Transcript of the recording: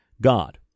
God